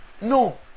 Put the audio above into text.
no